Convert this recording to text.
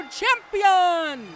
champion